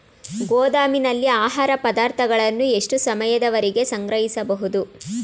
ಗೋದಾಮಿನಲ್ಲಿ ಆಹಾರ ಪದಾರ್ಥಗಳನ್ನು ಎಷ್ಟು ಸಮಯದವರೆಗೆ ಸಂಗ್ರಹಿಸಬಹುದು?